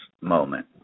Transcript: moment